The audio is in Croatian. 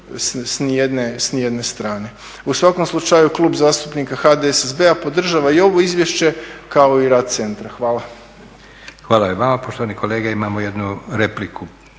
s ni jedne strane. U svakom slučaju, Klub zastupnika HDSSB-a podržava i ovo izvješće, kao i rad centra. Hvala. **Leko, Josip (SDP)** Hvala i vama. Poštovani kolege, imamo jednu repliku.